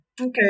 Okay